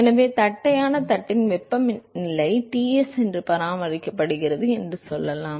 எனவே தட்டையான தட்டின் வெப்பநிலை Ts என்று பராமரிக்கப்படுகிறது என்று சொல்லலாம்